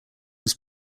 was